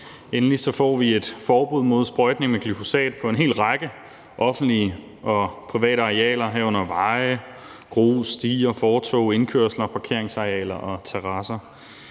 Endelig får vi et forbud mod sprøjtning med glyfosat på en hel række offentlige og private arealer, herunder veje, grus, stier, fortove, indkørsler, parkeringsarealer og terrasser.